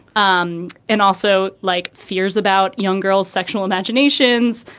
um and also like fears about young girls sexual imaginations.